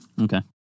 Okay